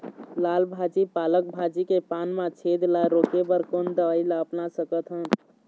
लाल भाजी पालक भाजी के पान मा छेद ला रोके बर कोन दवई ला अपना सकथन?